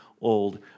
old